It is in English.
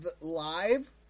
live